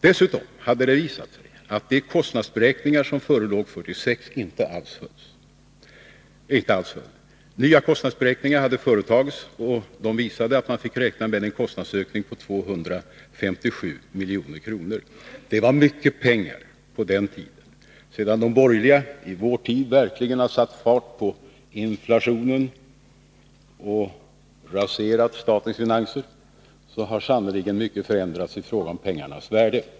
Dessutom hade det visat sig att de kostnadsberäkningar som förelåg 1946 inte alls höll. Nya kostnadsberäkningar hade företagits, och de visade att man fick räkna med en kostnadsökning på 257 milj.kr. Det var mycket pengar på den tiden. Sedan de borgerliga i vår tid verkligen satt fart på inflationen och raserat statens finanser, har sannerligen mycket förändrats i fråga om pengarnas värde.